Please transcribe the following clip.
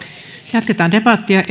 jatketaan debattia